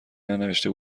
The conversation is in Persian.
ننوشته